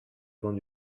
bancs